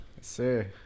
sir